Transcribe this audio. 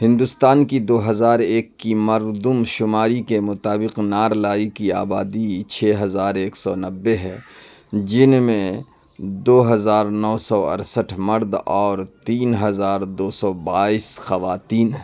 ہندوستان کی دو ہزار ایک کی مردم شماری کے مطابق نارلائی کی آبادی چھ ہزار ایک سو نبے ہے جن میں دو ہزار نو سو ارسٹھ مرد اور تین ہزار دو سو بائس خواتین ہیں